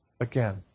Again